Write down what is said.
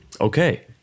Okay